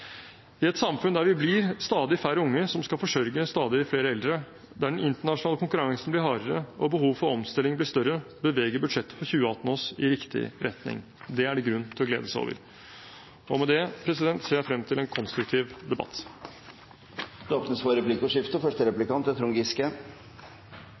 I et samfunn der vi blir stadig færre unge som skal forsørge stadig flere eldre, der den internasjonale konkurransen blir hardere og behovet for omstilling større, beveger budsjettet for 2018 oss i riktig retning. Det er det grunn til å glede seg over. Med det ser jeg frem til en konstruktiv debatt. Det blir replikkordskifte. La meg også få takke komiteens leder for